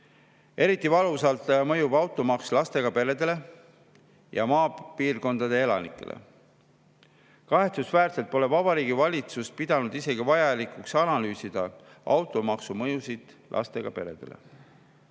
Eriti valusalt mõjub automaks lastega peredele ja maapiirkondade elanikele. Kahetsusväärselt pole Vabariigi Valitsus pidanud isegi vajalikuks analüüsida automaksu mõjusid lastega peredele.